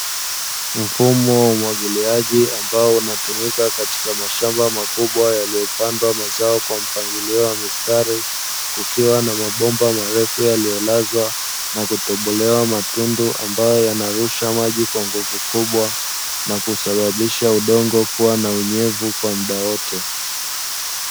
Mfumo wa umwagiliaji ambao unatumika katika mashamba makubwa yaliyopandwa mazao kwa mpangilio wa mistari kukiwa na mabomba marefu yaliyolazwa na kutobolewa matundu ambayo yanarusha maji kwa nguvu kubwa na kusababisha udongo kuwa na unyevu kwa muda wote.